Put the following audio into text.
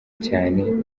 cyane